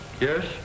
yes